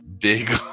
big